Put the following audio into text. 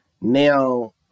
Now